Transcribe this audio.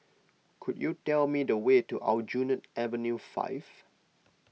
could you tell me the way to Aljunied Avenue five